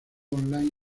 online